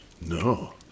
No